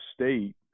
state